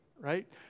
right